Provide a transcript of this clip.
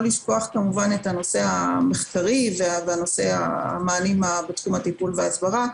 לא לשכוח את הנושא המחקרי והמענים בתחום הטיפול והסברה,